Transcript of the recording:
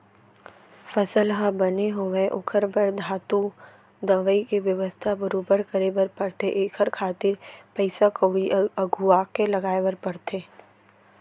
फसल ह बने होवय ओखर बर धातु, दवई के बेवस्था बरोबर करे बर परथे एखर खातिर पइसा कउड़ी अघुवाके लगाय बर परथे